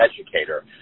educator